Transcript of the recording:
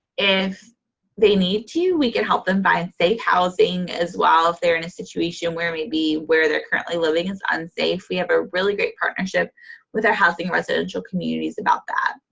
if they need to, we can help them find safe housing as well, if they're in a situation where maybe where they're currently living is unsafe. we have a really great partnership with our housing and residential communities about that.